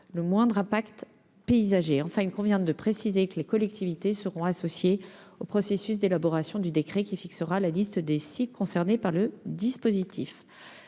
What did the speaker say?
à minimiser l'impact paysager. Enfin, il convient de préciser que les collectivités seront associées au processus d'élaboration du décret fixant les sites concernés par le dispositif.